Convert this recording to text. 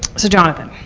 so jonathan,